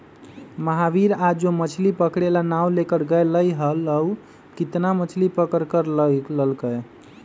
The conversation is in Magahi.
महावीर आज जो मछ्ली पकड़े ला नाव लेकर गय लय हल ऊ कितना मछ्ली पकड़ कर लल कय?